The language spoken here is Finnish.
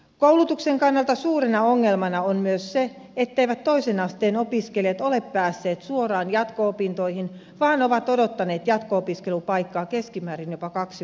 koulutuksen kannalta suurena ongelmana on myös se etteivät toisen asteen opiskelijat ole päässeet suoraan jatko opintoihin vaan ovat odottaneet jatko opiskelupaikkaa keskimäärin jopa kaksi vuotta